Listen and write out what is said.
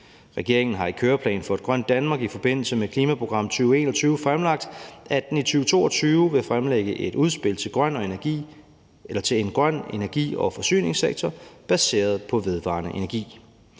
Regeringen har i »Køreplan for et grønt Danmark« i forbindelse med »Klimaprogram 2021« fremlagt, at den i 2022 vil fremlægge et udspil til en grøn energi- og forsyningssektor baseret på vedvarende energi.